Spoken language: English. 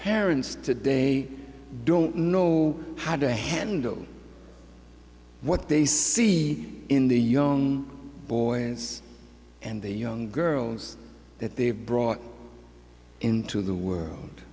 parents today don't know how to handle what they see in the young boy and the young girls that they have brought into the world